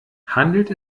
handelt